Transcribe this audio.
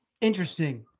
Interesting